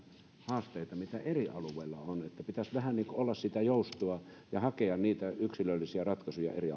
haasteita mitä eri alueilla on pitäisi vähän olla sitä joustoa ja pitäisi hakea yksilöllisiä ratkaisuja eri